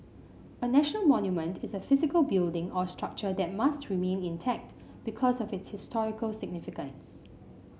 a national monument is a physical building or structure that must remain intact because of its historical significance